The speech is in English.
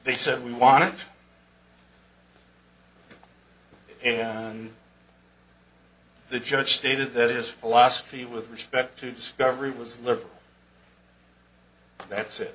they said we want an the judge stated that is philosophy with respect to discovery was look that's it